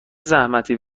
زحمتی